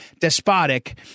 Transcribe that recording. despotic